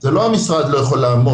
זה לא שהמשרד לא יכול לעמוד,